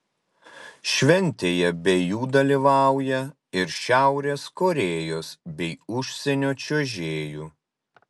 šventėje be jų dalyvauja ir šiaurės korėjos bei užsienio čiuožėjų